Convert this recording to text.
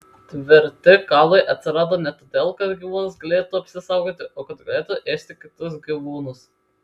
tvirti kaulai atsirado ne todėl kad gyvūnas galėtų apsisaugoti o kad galėtų ėsti kitus gyvūnus